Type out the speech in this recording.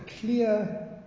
clear